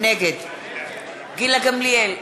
נגד גילה גמליאל,